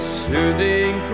soothing